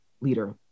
leader